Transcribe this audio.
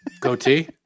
Goatee